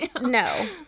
No